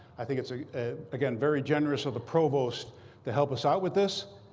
i think it's, again, very generous of the provost to help us out with this.